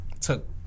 Took